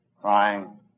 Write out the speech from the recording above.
crying